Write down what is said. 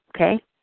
Okay